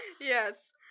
Yes